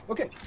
Okay